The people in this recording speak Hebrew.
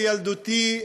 בילדותי,